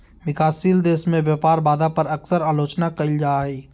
विकासशील देश में व्यापार बाधा पर अक्सर आलोचना कइल जा हइ